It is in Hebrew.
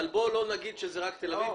אבל בואו לא נגיד שזה רק תל אביב,